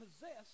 possess